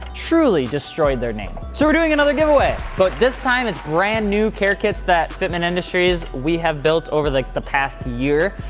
truly destroyed their name. so we're doing another giveaway. but this time, it's brand new care kits that fitment industries, we have built over like the past year.